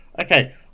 Okay